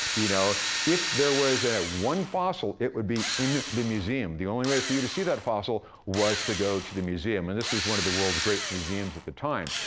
you know if there was one fossil, it would be in the museum. the only way for you to see that fossil was to go to the museum, and this was one of the world's great museums at the time.